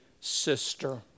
sister